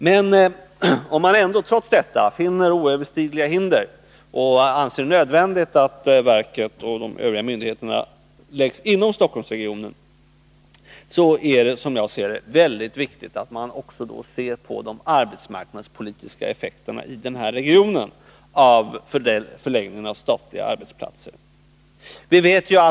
Men om man trots detta finner oöverstigliga hinder och anser det nödvändigt att verket och de övriga myndigheterna förläggs inom Stockholmsregionen, är det som jag ser det i så fall väldigt viktigt att man också ser på vilka arbetsmarknadspolitiska effekter förläggningen av statliga arbetsplatser får på denna region.